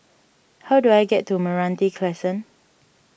how do I get to Meranti Crescent